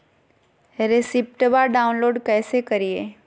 रेसिप्टबा डाउनलोडबा कैसे करिए?